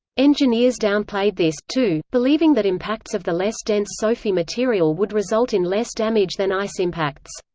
engineers downplayed this, too, believing that impacts of the less dense sofi material would result in less damage than ice impacts.